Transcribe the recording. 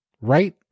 Right